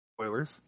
Spoilers